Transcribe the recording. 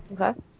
Okay